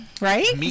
Right